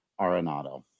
Arenado